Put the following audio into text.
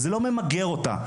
זה לא ממגר אותה.